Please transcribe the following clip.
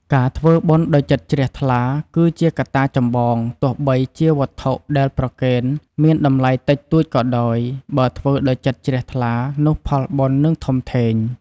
ការធ្វើបុណ្យដោយចិត្តជ្រះថ្លា គឺជាកត្តាចម្បងទោះបីជាវត្ថុដែលប្រគេនមានតម្លៃតិចតួចក៏ដោយ បើធ្វើដោយចិត្តជ្រះថ្លា នោះផលបុណ្យនឹងធំធេង។